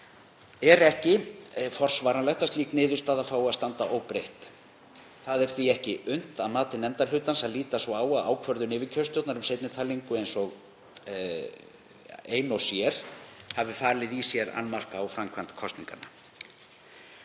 Er ekki forsvaranlegt að slík niðurstaða fái að standa óbreytt. Það er því ekki unnt, að mati undirritaðra, að líta svo á að ákvörðun yfirkjörstjórnar um seinni talningu ein og sér hafi falið í sér annmarka á framkvæmd kosninganna.